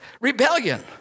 rebellion